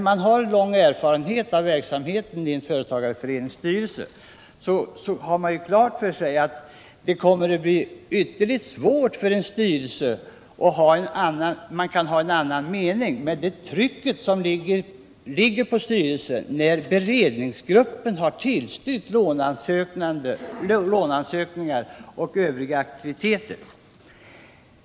Med en mångårig erfarenhet från arbete inom en företagarförenings styrelse vill jag påstå att det kommer att bli ytterst svårt för en styrelse att hävda en motstridande uppfattning och stå emot trycket från beredningsgruppen, om denna exempelvis har tillstyrkt låneansökningar och liknande aktiviteter.